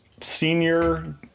senior